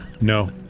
no